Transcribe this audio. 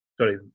sorry